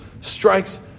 strikes